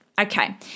Okay